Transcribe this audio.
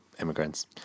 immigrants